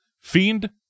Fiend